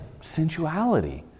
sensuality